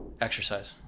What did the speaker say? exercise